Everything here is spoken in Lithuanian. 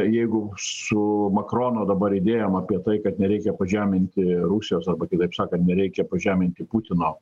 jeigu su makrono dabar idėjom apie tai kad nereikia pažeminti rusijos arba kitaip sakant nereikia pažeminti putino